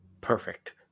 Perfect